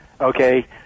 Okay